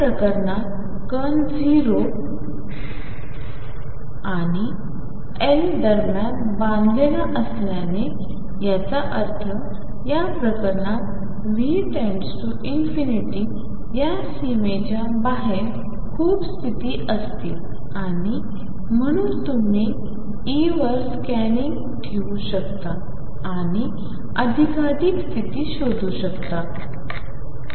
या प्रकरणात कण 0 आणि l दरम्यान बांधलेला असल्याने याचा अर्थया प्रकरणात V→∞ या सीमेच्या बाहेर खूप स्तिथी असतील आणि म्हणून तुम्ही E वर स्कॅनिंग ठेवू शकता आणि अधिकाधिक स्तिथी शोधू शकता